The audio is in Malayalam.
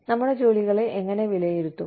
നമ്മുടെ ജോലികളെ എങ്ങനെ വിലയിരുത്തും